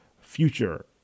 future